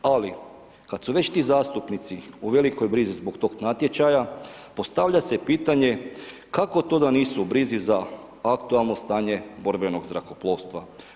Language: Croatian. Ali kada su već ti zastupnici u velikoj brizi zbog tog natječaja postavlja se pitanje kako to da nisu u brizi za aktualno stanje borbenog zrakoplovstva?